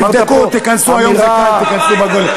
אמרת פה אמירה, תיכנסו, היום זה קל, תיכנסו לגוגל.